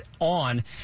on